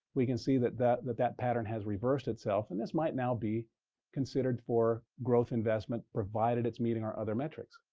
we can see that that that pattern has reversed itself. and this might now be considered for growth investment, provided it's meeting our other metrics.